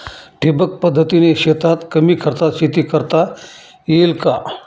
ठिबक पद्धतीने शेतात कमी खर्चात शेती करता येईल का?